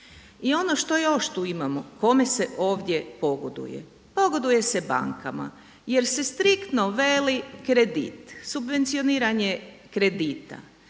I ono što još tu imamo kome se ovdje pogoduje? Pogoduje se bankama, jer se striktno veli kredit, subvencioniranje kredita.